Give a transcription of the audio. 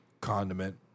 condiment